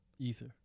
Ether